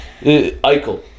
Eichel